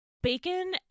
Bacon